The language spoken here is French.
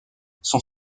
sont